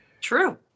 True